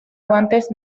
guantes